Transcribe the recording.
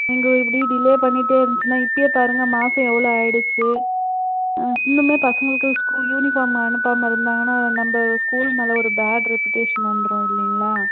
நீங்கள் இப்படி டிலே பண்ணிட்டே இருந்துச்சுன்னா இப்பயே பாருங்கள் மாதம் எவ்வளோ ஆகிடுச்சி ஆ இன்னுமுமே பசங்களுக்கு ஸ்கூல் யூனிஃபார்ம் அனுப்பாமல் இருந்தாங்கன்னா நம்ம ஸ்கூல் மேலே ஒரு பேட் ரெபிடேஷன் வந்துடும் இல்லைங்களா